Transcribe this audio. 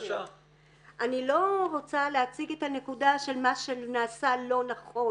אני לא רוצה להציג את הנקודה של מה שנעשה לא נכון.